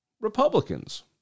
Republicans